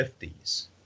50s